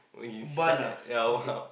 bald ah the head